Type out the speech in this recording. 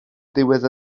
ddiwedd